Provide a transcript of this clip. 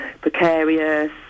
Precarious